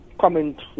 comment